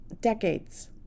decades